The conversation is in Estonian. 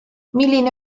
milline